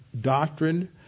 doctrine